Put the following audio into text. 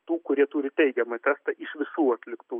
tų kurie turi teigiamą testą iš visų atliktų